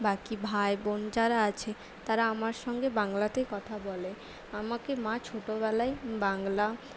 বাকি ভাই বোন যারা আছে তারা আমার সঙ্গে বাংলাতে কথা বলে আমাকে মা ছোটবেলায় বাংলা